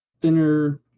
thinner